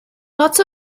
lots